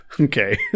Okay